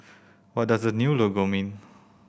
what does the new logo mean